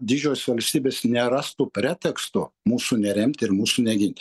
didžios valstybės nerastų preteksto mūsų neremti ir mūsų negint